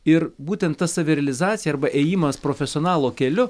ir būtent ta savirealizacija arba ėjimas profesionalo keliu